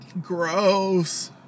Gross